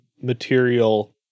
material